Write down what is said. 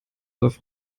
auf